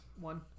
One